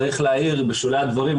צריך להעיר בשולי הדברים,